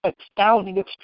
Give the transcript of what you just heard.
astounding